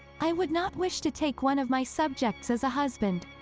i would not wish to take one of my subjects as a husband.